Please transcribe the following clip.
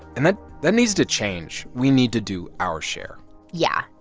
and that that needs to change. we need to do our share yeah.